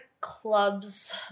clubs